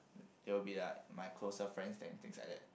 they will be like my closer friends and things like that